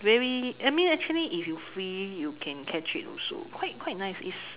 very I mean actually if you free you can catch it also quite quite nice is